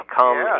come